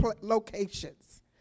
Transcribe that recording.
locations